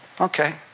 Okay